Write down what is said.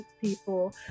people